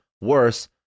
worse